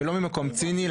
ולא ממקום ציני,